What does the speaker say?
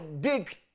dig